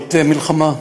זאת מלחמה.